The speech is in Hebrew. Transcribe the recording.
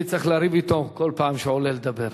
אני צריך לריב אתו בכל פעם שהוא עולה לדבר,